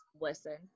listen